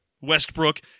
Westbrook